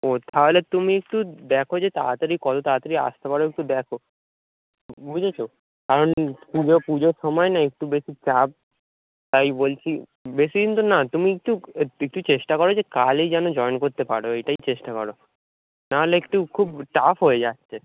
ও তাহলে তুমি একটু দেখো যে তাড়াতাড়ি কতো তাড়াতাড়ি আসতে পারো একটু দেখো বুঝেছ কারণ পুজো পুজোর সময় না একটু বেশি চাপ তাই বলছি বেশি দিন তো না তুমি একটু একটু চেষ্টা করো যে কালই যেন জয়েন করতে পারো এটাই চেষ্টা করো নাহলে একটু খুব টাফ হয়ে যাচ্ছে